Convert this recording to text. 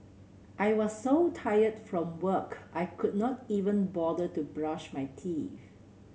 I was so tired from work I could not even bother to brush my teeth